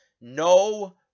No